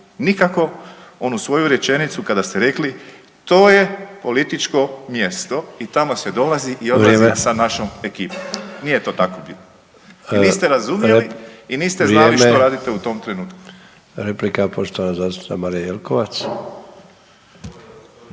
nikako onu svoju rečenicu kada ste rekli to je političko mjesto i tamo se dolazi i odlazi sa našom ekipom. Nije to tako i niste razumjeli i niste znali što radite u tom trenutku. **Sanader, Ante (HDZ)** Vrijeme.